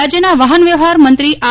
રાજયના વાહન વ્યવહાર મંત્રી આર